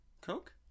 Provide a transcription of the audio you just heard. Coke